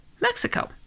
Mexico